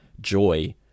joy